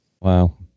Wow